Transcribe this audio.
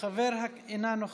אינה נוכחת,